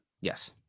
Yes